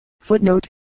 Footnote